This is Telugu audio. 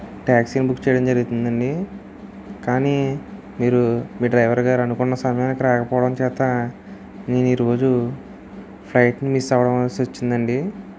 టాక్సీ ని బుక్ చేయడం జరుగుతుందండి కానీ మీరు మీ డ్రైవర్ గారు అనుకున్న సమయానికి రాకపోవడం చేత నేను ఈరోజు ఫ్లైట్ ని మిస్ అవ్వడం వలసి వచ్చిందండి